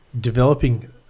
developing